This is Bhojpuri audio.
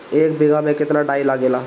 एक बिगहा में केतना डाई लागेला?